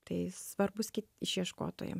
tai svarbus išieškotojam